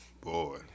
Boy